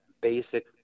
basic